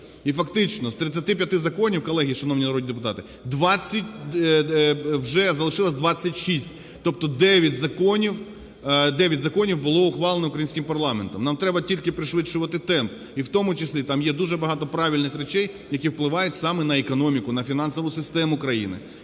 І фактично з 35 законів, колеги шановні народні депутати, вже залишилось 26, тобто 9 законів, 9 законів було ухвалено українським парламентом. Нам треба тільки пришвидшувати темп, і в тому числі там є дуже багато правильних речей, які впливають саме на економіку, на фінансову систему країни.